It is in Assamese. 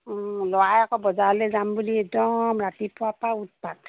অঁ ল'ৰাই আকৌ বজাৰলৈ যাম বুলি একদম ৰাতিপুৱা পৰা উৎপাত